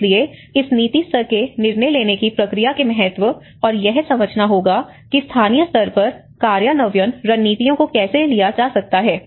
इसलिए इस नीति स्तर के निर्णय लेने की प्रक्रिया के महत्व और यह समझना होगा कि स्थानीय स्तर पर कार्यान्वयन रणनीतियों को कैसे लिया जा सकता है